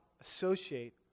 Associate